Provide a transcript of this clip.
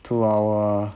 to our